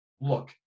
look